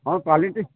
ହଁ କ୍ଵାଲିଟି